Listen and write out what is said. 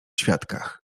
świadkach